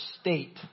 state